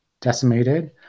decimated